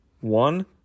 one